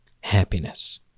happiness